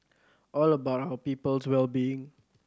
all about our people's well being